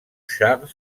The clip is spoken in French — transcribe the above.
charles